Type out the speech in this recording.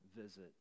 visit